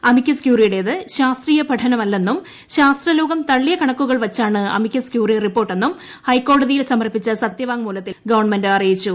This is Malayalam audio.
അമിക്കസ്ക്യൂറിയുടേത് ശാസ്ത്രീയ പഠനമല്ലെന്നും ശാസ്ത്രലോകം തള്ളിയ കണക്കുകൾ വച്ചണ് അമിക്കസ്ക്യൂറി റിപ്പോർട്ടെന്നും ഹൈക്കോടതിൽ സമർപ്പിച്ച സത്യവാങ്മൂലത്തിൽ ഗവൺമെന്റ് അറിയിച്ചു